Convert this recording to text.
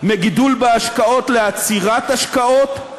מגידול בהשקעות לעצירת השקעות.